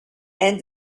and